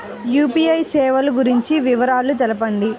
UPI సేవలు గురించి వివరాలు తెలుపండి?